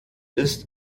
ist